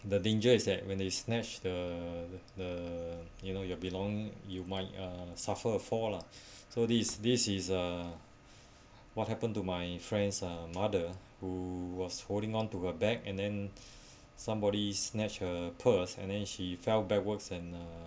the danger is that when they snatch the the you know you belong you might uh suffered a fall lah so this is this is uh what happened to my friends uh mother who was holding on to her bag and then somebody snatch her purse and then she fell backwards and uh